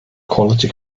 quality